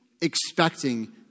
expecting